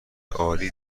عالی